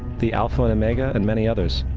the alpha and omega, and many others,